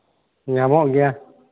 ᱧᱟᱢᱚᱜ ᱜᱮᱭᱟ